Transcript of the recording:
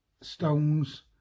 Stones